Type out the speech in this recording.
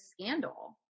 scandal